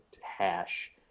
hash